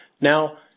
Now